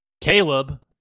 Caleb